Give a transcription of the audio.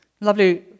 lovely